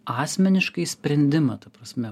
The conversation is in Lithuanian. asmeniškai sprendimą ta prasme